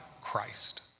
Christ